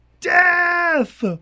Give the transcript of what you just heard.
death